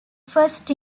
first